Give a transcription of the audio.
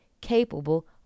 capable